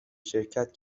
شرکت